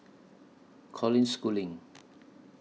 Colin Schooling